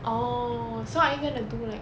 oh so are you gonna do like